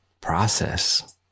process